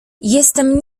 jestem